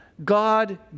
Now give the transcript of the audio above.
God